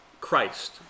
Christ